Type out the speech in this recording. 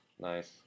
Nice